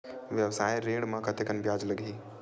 व्यवसाय ऋण म कतेकन ब्याज लगही?